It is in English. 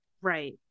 Right